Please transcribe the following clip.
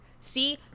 See